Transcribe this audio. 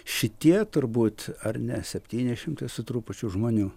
šitie turbūt ar ne septyni šimtai su trupučiu žmonių